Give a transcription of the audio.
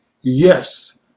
yes